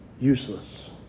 useless